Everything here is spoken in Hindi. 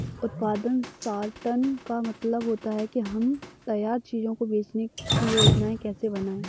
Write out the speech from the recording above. उत्पादन सॉर्टर का मतलब होता है कि हम तैयार चीजों को बेचने की योजनाएं कैसे बनाएं